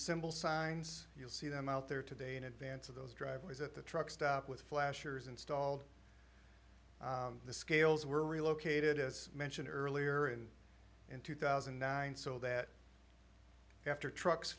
symbol signs you'll see them out there today in advance of those driveways at the truck stop with flashers installed the scales were relocated as mentioned earlier and in two thousand and nine so that after trucks